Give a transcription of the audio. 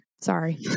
Sorry